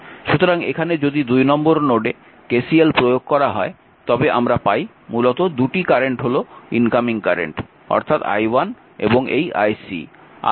সুতরাং এখানে যদি 2 নম্বর নোডে KCL প্রয়োগ করা হয় তবে আমরা পাই মূলত 2টি কারেন্ট হল ইনকামিং কারেন্ট অর্থাৎ i1 এবং এই ic